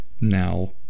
now